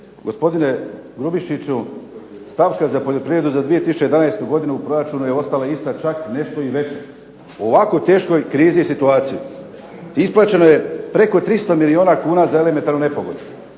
Gospodine Grubišiću stavka za poljoprivredu za 2011. godinu u proračunu je ostala ista čak nešto i veća u ovako teškoj krizi i situaciji, isplaćeno je preko 300 milijuna kuna za elementarnu nepogodu,